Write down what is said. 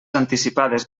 anticipades